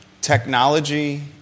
Technology